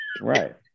Right